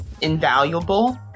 invaluable